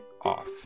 Off